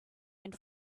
went